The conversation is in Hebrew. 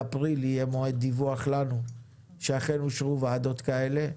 באפריל יהיה מועד דיווח לנו שאכן אושרו מעבדות כאלה.